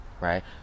right